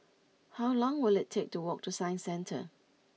how long will it take to walk to Science Centre